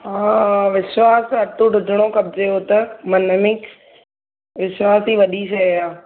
हा विश्वासु आहे अटूट हुजणु खपजे हू त मन में विश्वास ई वॾी शइ आहे